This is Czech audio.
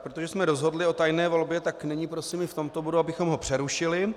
Protože jsme rozhodli o tajné volbě, nyní prosím v tomto bodu, abychom ho přerušili.